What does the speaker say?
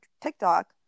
TikTok